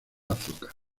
azúcar